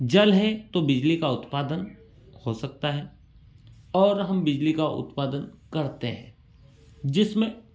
जल है तो बिजली का उत्पादन हो सकता है और हम बिजली का उत्पादन करते हैं जिसमें